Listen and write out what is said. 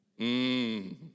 Mmm